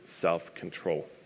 self-control